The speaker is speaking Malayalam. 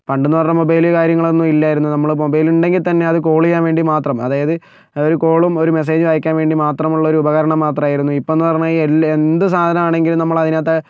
പണ്ടെന്ന് പറഞ്ഞാൽ മൊബൈൽ കാര്യങ്ങളൊന്നും ഇല്ലായിരുന്നു നമ്മൾ മൊബൈൽ ഉണ്ടെങ്കിൽ തന്നെ അത് കോൾ ചെയ്യാൻവേണ്ടി മാത്രം അതായത് ഒരു കോളും ഒരു മെസ്സേജും അയക്കാൻ വേണ്ടി മാത്രമുള്ളൊരു ഉപകരണം മാത്രായിരുന്നു ഇപ്പം എന്ന് പറഞ്ഞാൽ എല്ലാ എന്തു സാധനമാണെങ്കിലും നമ്മൾ അതിനകത്തെ